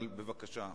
אבל בבקשה.